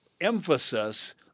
emphasis